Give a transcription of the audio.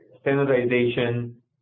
standardization